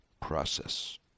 process